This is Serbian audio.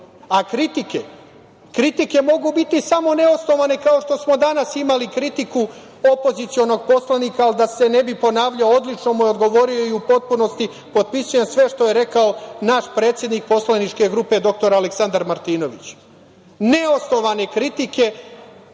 a kritike, kritike mogu biti samo neosnovane kao što smo danas imali kritiku opozicionog poslanika, ali da se ne bih ponavljao, odlično mu je odgovorio i u potpunosti potpisujem sve što je rekao naš predsednik poslaničke grupe dr Aleksandar Martinović, neosnovane kritike